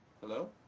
Hello